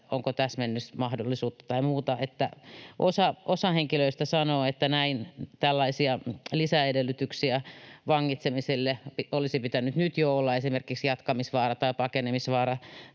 onko täsmennysmahdollisuutta tai muuta. Osa henkilöistä sanoo, että tällaisia lisäedellytyksiä vangitsemiselle olisi pitänyt nyt jo olla, esimerkiksi jatkamisvaara tai pakenemisvaara.